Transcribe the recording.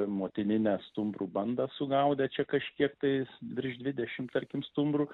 motininę stumbrų bandą sugaudę čia kažkiek tais virš dvidešimt tarkim stumbrų